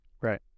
Right